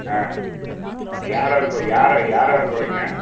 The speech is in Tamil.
ஆ யாரார் போ யார் யாரார் போகிறீங்க